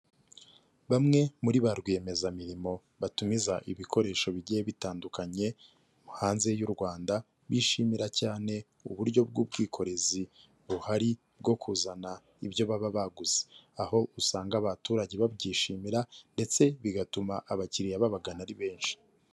Bamwe muri ba rwiyemezamirimo batumiza ibikoresho bigiye bitandukanye hanze y'u Rwanda, bishimira cyane uburyo bw'ubwikorezi buhari bwo kuzana ibyo baba baguze, aho usanga abaturage babyishimira ndetse bigatuma abakiliya babagana ari benshi.